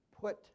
put